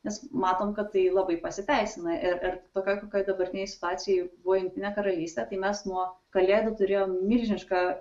nes matom kad tai labai pasiteisina ir ir tokioj dabartinėj situacijoj buvo jungtinė karalystė tai mes nuo kalėdų turėjom milžinišką